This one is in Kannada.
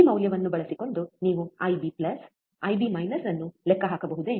ಈ ಮೌಲ್ಯವನ್ನು ಬಳಸಿಕೊಂಡು ನೀವು ಐಬಿIB ಐಬಿ ಅನ್ನು ಲೆಕ್ಕ ಹಾಕಬಹುದೇ